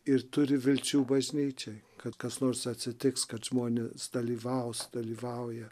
ir turi vilčių bažnyčia kad kas nors atsitiks kad žmonės dalyvaus dalyvauja